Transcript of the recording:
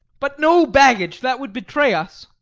but no baggage! that would betray us.